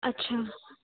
अछा